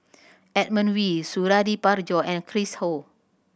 Edmund Wee Suradi Parjo and Chris Ho